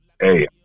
hey